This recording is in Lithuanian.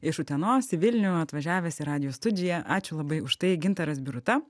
iš utenos į vilnių atvažiavęs į radijo studiją ačiū labai už tai gintaras biruta